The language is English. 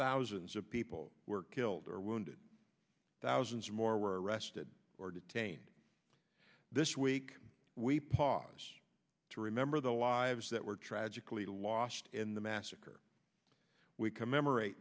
thousands of people were killed or wounded thousands more were arrested or detained this week we pause to remember the lives that were tragically lost in the mad we commemorate